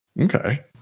Okay